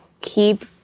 keep